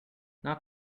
not